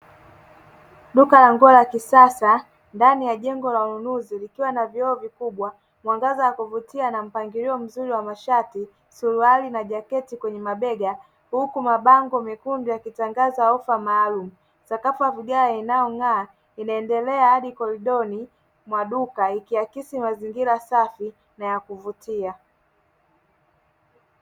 Duka la nguo la kisasa ndani ya jengo la ununuzi likiwa na vioo vikubwa, mwangaza wa kuvutia na mpangilio mzuri wa mashati, suruali na jaketi kwenye mabega. Huku mabango mekundu yakitangaza ofa maalum. Sakafu ya vigae inayong'aa inaendelea hadi koridoni mwa duka ikiakisi mazingira safi na ya kuvutia.